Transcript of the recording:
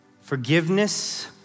Forgiveness